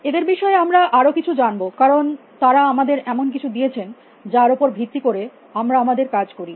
এদের বিষয়ে আমরা আরো কিছু জানব কারণ তারা আমাদের এমন কিছু দিয়েছেন যার উপর ভিত্তি করে আমরা আমাদের কাজ করি